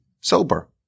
sober